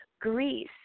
Greece